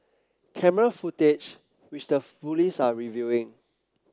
camera footage which the police are reviewing